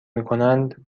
میکنند